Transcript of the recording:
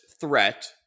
threat